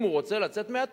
אם הוא רוצה לצאת מהתור,